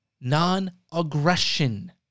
Non-aggression